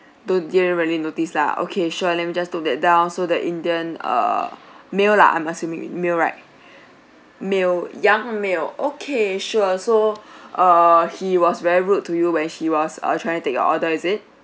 don't didn't really notice lah okay sure let me just note that down so the indian err male lah I'm assuming male right male young male okay sure so err he was very rude to you when he was uh trying to take your order is it